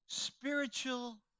Spiritual